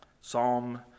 Psalm